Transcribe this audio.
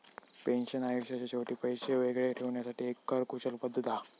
pension आयुष्याच्या शेवटी पैशे वेगळे ठेवण्यासाठी एक कर कुशल पद्धत हा